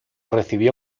recibió